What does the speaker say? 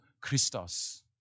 Christos